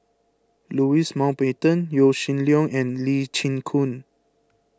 Louis Mountbatten Yaw Shin Leong and Lee Chin Koon